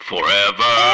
Forever